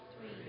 Three